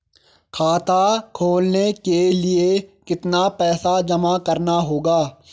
खाता खोलने के लिये कितना पैसा जमा करना होगा?